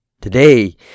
Today